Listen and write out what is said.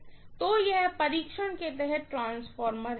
तो यह परीक्षण के तहत ट्रांसफार्मर है